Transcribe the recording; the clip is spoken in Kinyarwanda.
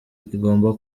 igomba